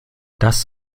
das